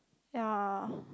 ye